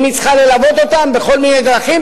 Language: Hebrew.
אם היא צריכה ללוות אותם בכל מיני דרכים,